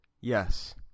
Yes